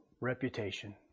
reputation